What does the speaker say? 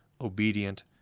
obedient